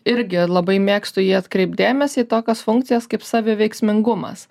irgi labai mėgstu į jį atkreipt dėmesį į tokias funkcijas kaip saviveiksmingumas